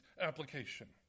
application